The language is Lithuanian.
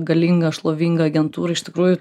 galinga šlovinga agentūra iš tikrųjų